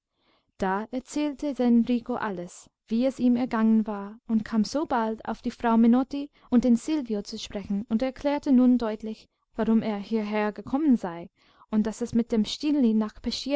da erzählte denn rico alles wie es ihm ergangen war und kam so bald auf die frau menotti und den silvio zu sprechen und erklärte nun deutlich warum er hierher gekommen sei und daß er mit dem stineli nach